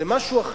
זה משהו אחר,